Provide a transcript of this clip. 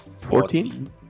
Fourteen